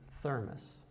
thermos